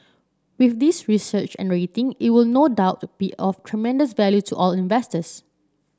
with this research and rating it will no doubt be of tremendous value to all investors